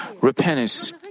repentance